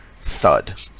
thud